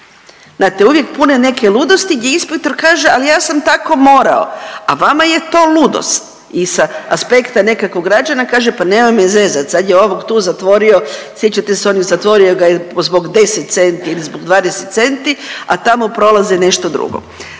znate uvijek pune neke ludosti gdje inspektor kaže ali ja sam tako morao a vama je to ludost i sa aspekta nekakvog građana kaže pa nemoj me zezat sad je ovog tu zatvorio. Sjećate se on je zatvorio ga je zbog 10 centi ili zbog 20 centi, a tamo prolaze nešto drugo.